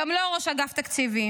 גם לא ראש אגף התקציבים.